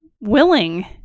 willing